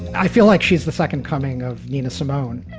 i feel like she's the second coming of nina simone.